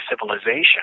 civilization